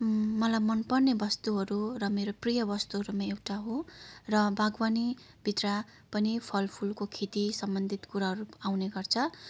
मलाई मनपर्ने वस्तुहरू र मेरो प्रिय वस्तुहरूमा एउटा हो र बागवानीभित्र पनि फलफुलको खेती सम्बन्धित कुराहरू आउने गर्छ